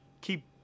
keep